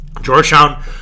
Georgetown